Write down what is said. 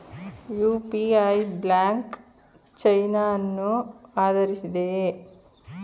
UPI blockchain ಅನ್ನು ಆಧರಿಸಿದೆಯೇ?